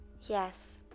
Yes